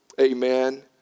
Amen